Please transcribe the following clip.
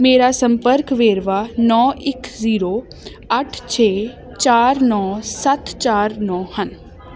ਮੇਰਾ ਸੰਪਰਕ ਵੇਰਵਾ ਨੌ ਇੱਕ ਜੀਰੋ ਅੱਠ ਛੇ ਚਾਰ ਨੌ ਸੱਤ ਚਾਰ ਨੌ ਹਨ